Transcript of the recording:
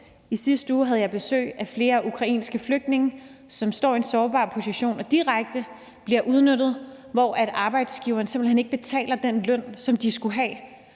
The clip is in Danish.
I sidste uge havde jeg besøg af flere ukrainske flygtninge, som står i en sårbar position og direkte bliver udnyttet, hvor arbejdsgiveren simpelt hen ikke betaler den løn, som de skulle have